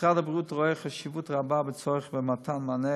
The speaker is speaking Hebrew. משרד הבריאות רואה חשיבות רבה בצורך במתן מענה